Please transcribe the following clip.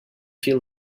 feel